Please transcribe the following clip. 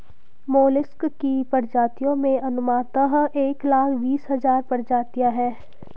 mollusc की प्रजातियों में अनुमानतः एक लाख बीस हज़ार प्रजातियां है